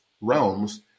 realms